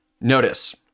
notice